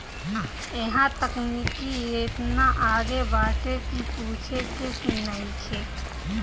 इहां तकनीकी एतना आगे बाटे की पूछे के नइखे